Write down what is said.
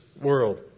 world